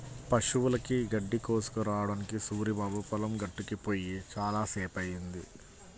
పశువులకి గడ్డి కోసుకురావడానికి సూరిబాబు పొలం గట్టుకి పొయ్యి చాలా సేపయ్యింది